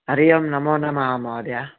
हरिः ओं नमो नमः महोदय